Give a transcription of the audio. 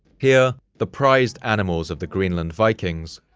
here, the prized animals of the greenland vikings,